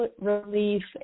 relief